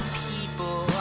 people